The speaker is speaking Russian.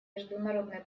международной